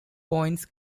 points